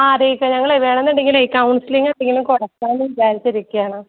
ആ അറീച്ചോ ഞങ്ങളെ വേണമെന്നുണ്ടെങ്കിലെ കൗൺസിലിംഗ് എന്തെങ്കിലും കൊടുക്കാന്ന് വിചാരിച്ചിരിക്കുവാണ്